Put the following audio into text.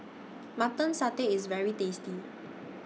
Mutton Satay IS very tasty